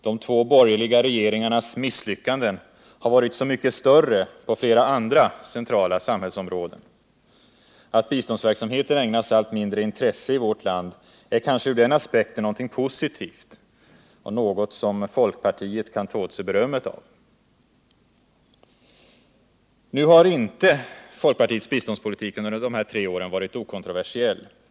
De två borgerliga regeringarnas misslyckanden har varit så mycket större på flera andra centrala samhällsområden. Att biståndsverksamheten ägnas ett allt mindre intresse i vårt land är kanske ur den aspekten något positivt och något som folkpartiet kan ta åt sig berömmet för. Nu har inte folkpartiets biståndspolitik under dessa tre år varit okontroversiell.